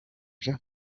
jean